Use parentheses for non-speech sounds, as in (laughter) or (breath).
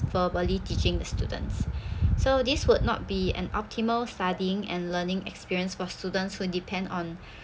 formally teaching the students (breath) so this would not be an optimal studying and learning experience for students who depend on